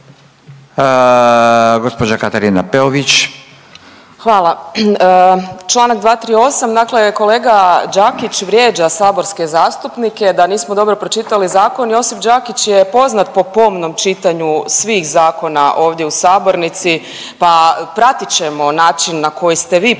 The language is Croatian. **Peović, Katarina (RF)** Hvala. Čl. 238., dakle kolega Đakić vrijeđa saborske zastupnike da nismo dobro pročitali zakon. Josip Đakić je poznat po pomnom čitanju svih zakona ovdje u sabornici, pa pratit ćemo način na koji ste vi